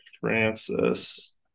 Francis